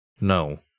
No